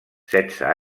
setze